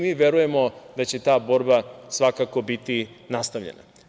Mi verujemo da će ta borba svakako biti nastavljena.